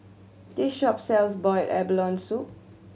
this shop sells boiled abalone soup